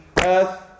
earth